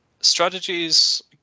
strategies